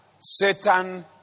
Satan